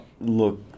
look